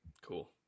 Cool